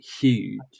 huge